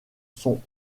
son